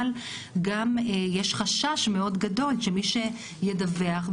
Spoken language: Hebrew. אבל גם יש חשש מאוד גדול שמי שידווח,